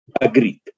agreed